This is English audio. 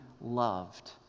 loved